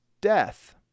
death